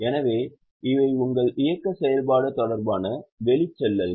எனவே இவை உங்கள் இயக்க செயல்பாடு தொடர்பான வெளிச்செல்லல்கள்